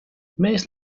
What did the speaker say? mees